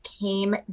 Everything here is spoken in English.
came